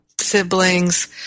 siblings